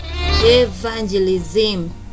evangelism